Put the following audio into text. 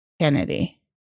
Kennedy